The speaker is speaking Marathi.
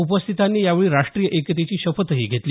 उपस्थितांनी यावेळी राष्ट्रीय एकतेची शपथ घेतली